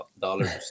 dollars